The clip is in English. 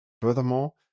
Furthermore